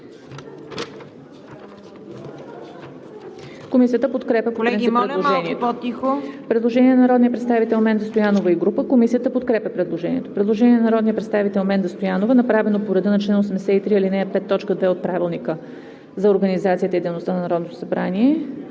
Комисията подкрепя предложението.